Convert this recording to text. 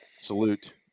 salute